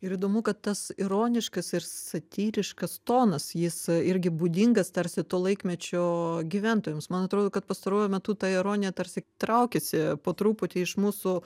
ir įdomu kad tas ironiškas ir satyriškas tonas jis irgi būdingas tarsi to laikmečio gyventojams man atrodo kad pastaruoju metu ta ironija tarsi traukiasi po truputį iš mūsų